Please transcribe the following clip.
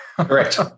Correct